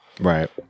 Right